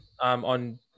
on